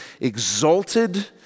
exalted